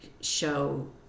show